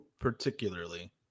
particularly